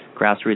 grassroots